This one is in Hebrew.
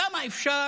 כמה אפשר